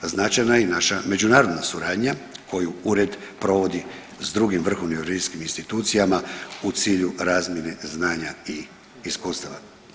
Značajna je i naša međunarodna suradnja koju ured provodi s drugim vrhovnim revizijskim institucijama u cilju razmjene znanja i iskustava.